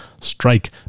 Strike